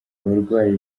abarwaye